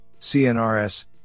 CNRS